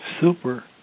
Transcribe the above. Super